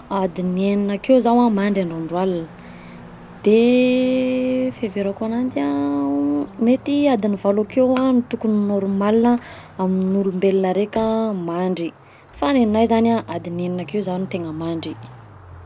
Adin'ny enina akeo zaho a mandry andro andro alina, de fiheverako ananjy a, mety adiny valo akeo tokony normal amin'ny olombelona raika mandry, fa nenay zany adinin'ny enina akeo za no tegna mandry.